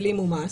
העלימו מס.